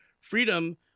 Freedom